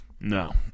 No